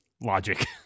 logic